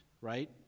right